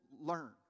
learn